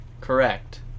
Correct